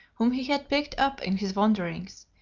whom he had picked up in his wanderings,